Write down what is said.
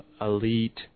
elite